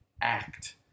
act